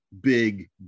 Big